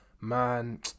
Man